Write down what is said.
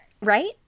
right